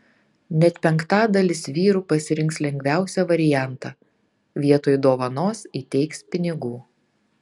net penktadalis vyrų pasirinks lengviausią variantą vietoj dovanos įteiks pinigų